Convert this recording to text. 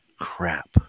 Crap